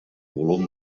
volum